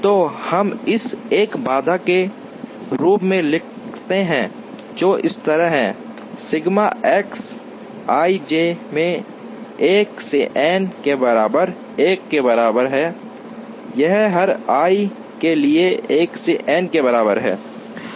तो हम इसे एक बाधा के रूप में लिखते हैं जो इस तरह है सिग्मा एक्स आईजे मैं 1 से n के बराबर 1 के बराबर है यह हर i के लिए 1 से n के बराबर है